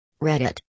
Reddit